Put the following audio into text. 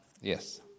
Yes